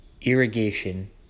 irrigation